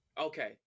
Okay